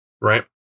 right